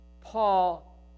Paul